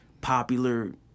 popular